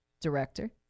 director